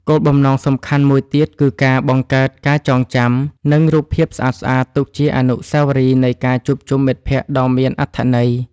គោលបំណងសំខាន់មួយទៀតគឺការបង្កើតការចងចាំ និងរូបភាពស្អាតៗទុកជាអនុស្សាវរីយ៍នៃការជួបជុំមិត្តភក្តិដ៏មានអត្ថន័យ។